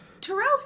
Terrell